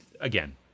again